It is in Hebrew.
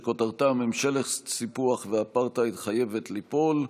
שכותרתה: ממשלת סיפוח ואפרטהייד חייבת ליפול.